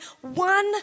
one